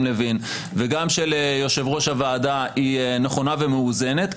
לוין וגם של יושב-ראש הוועדה היא נכונה ומאוזנת,